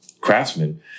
craftsmen